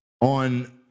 on